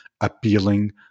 appealing